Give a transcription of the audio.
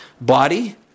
Body